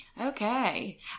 Okay